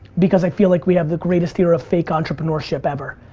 because i feel like we have the greatest era of fake entreprenuership ever.